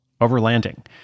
Overlanding